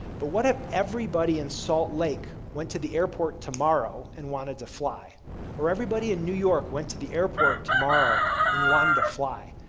but what if everybody in salt lake went to the airport tomorrow and wanted to fly or everybody in new york went to the airport tomorrow and you want and to fly.